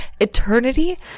eternity